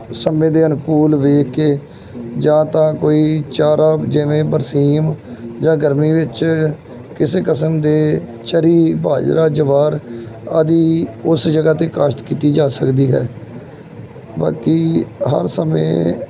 ਸਮੇਂ ਦੇ ਅਨੁਕੂਲ ਵੇਖ ਕੇ ਜਾਂ ਤਾਂ ਕੋਈ ਚਾਰਾ ਜਿਵੇਂ ਬਰਸੀਮ ਜਾਂ ਗਰਮੀ ਵਿੱਚ ਕਿਸੇ ਕਿਸਮ ਦੀ ਚਰੀ ਬਾਜਰਾ ਜਵਾਰ ਆਦਿ ਉਸ ਜਗ੍ਹਾ 'ਤੇ ਕਾਸ਼ਤ ਕੀਤੀ ਜਾ ਸਕਦੀ ਹੈ ਬਾਕੀ ਹਰ ਸਮੇਂ